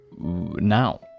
Now